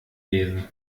lesen